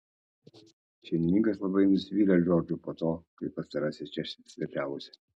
šeimininkas labai nusivylė džordžu po to kai pastarasis čia svečiavosi